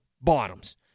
bottoms